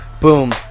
Boom